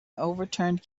overturned